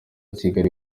kigali